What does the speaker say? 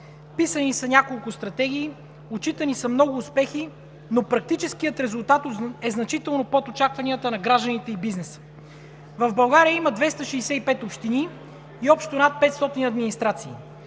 Писани са няколко стратегии, отчитани са много успехи, но практическият резултат е значително под очакванията на гражданите и бизнеса. В България има 265 общини и общо над 500 администрации.